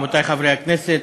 רבותי חברי הכנסת,